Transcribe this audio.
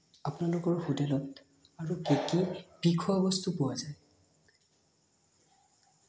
আপোনালোকৰ হোটেলত আৰু কি কি কি খোৱা বস্তু পোৱা যায়